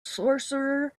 sorcerer